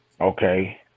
okay